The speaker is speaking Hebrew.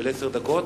של עשר דקות,